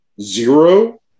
Zero